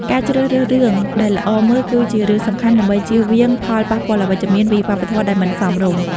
ការជ្រើសរើសរឿងដែលល្អមើលគឺជារឿងសំខាន់ដើម្បីជៀសវាងផលប៉ះពាល់អវិជ្ជមានពីវប្បធម៌ដែលមិនសមរម្យ។